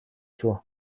шүү